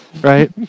Right